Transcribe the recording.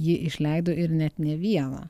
ji išleido ir net ne vieną